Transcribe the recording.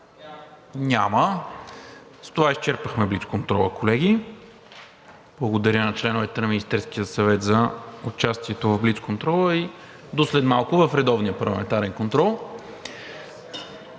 Няма. С това изчерпахме блицконтрола, колеги. Благодаря на членовете на Министерския съвет за участието в блицконтрола и до след малко в редовния парламентарен контрол.